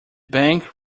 bank